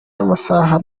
y’amasaha